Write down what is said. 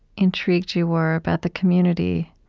intrigued you were about the community,